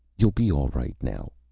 you'll be all right, now.